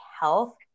health